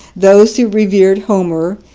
those who revered homer,